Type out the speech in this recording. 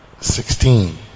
sixteen